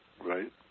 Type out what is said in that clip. right